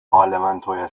parlamentoya